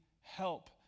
help